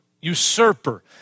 Usurper